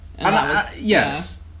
Yes